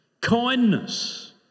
Kindness